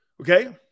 Okay